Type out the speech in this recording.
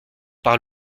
par